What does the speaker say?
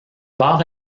part